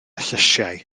llysiau